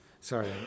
Sorry